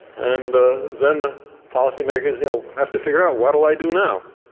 and then the policymakers you know have to figure out, what do i do now?